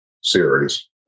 series